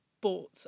bought